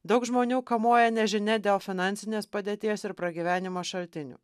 daug žmonių kamuoja nežinia dėl finansinės padėties ir pragyvenimo šaltinių